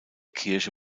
kirche